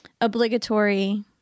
obligatory